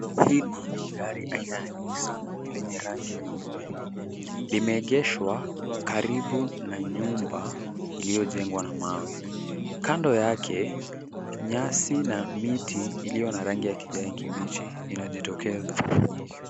Hili ni gari aina ya Nissan lenye rangi nyeupe. Limeegeshwa karibu na nyumba iliyojengwa na mawe. Kando yake, nyasi na miti iliiyo na rangi ya kijani kibichi inajitokeza.